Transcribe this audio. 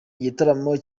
igitaramo